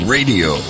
Radio